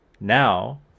now